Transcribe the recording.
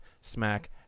smack